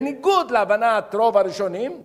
ניגוד להבנת רוב הראשונים